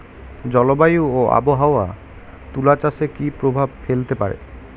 জলবায়ু ও আবহাওয়া তুলা চাষে কি প্রভাব ফেলতে পারে?